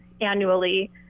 annually